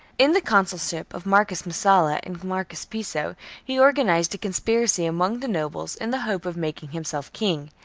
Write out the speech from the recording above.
in the consulship of marcus messala and marcus piso he organized a conspiracy among the nobles in the hope of making himself king,